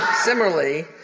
Similarly